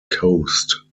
coast